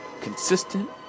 consistent